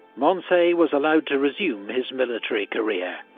moncey was allowed to resume his military career,